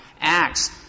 acts